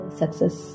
success